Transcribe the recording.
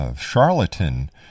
charlatan